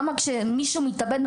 למה צריך להתעורר כשמישהו מתאבד?